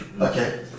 Okay